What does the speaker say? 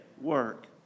work